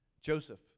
Joseph